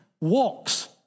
walks